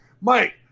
Mike